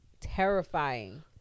terrifying